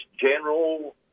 general